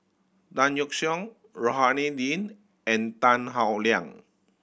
Tan Yeok Seong Rohani Din and Tan Howe Liang